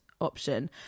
option